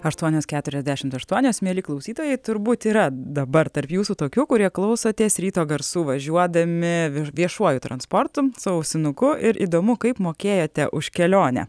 aštuonios keturiasdešimt aštuonios mieli klausytojai turbūt yra dabar tarp jūsų tokių kurie klausotės ryto garsų važiuodami viešuoju transportu su ausinuku ir įdomu kaip mokėjote už kelionę